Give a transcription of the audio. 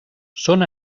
són